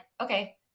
okay